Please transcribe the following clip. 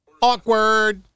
Awkward